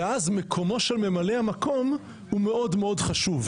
ואז מקומו של ממלא המקום הוא מאוד מאוד חשוב.